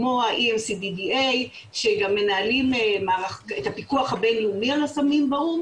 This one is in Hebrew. כמו ה-EU CDDA שגם מנהלים את הפיקוח הבין לאומי על הסמים באו"ם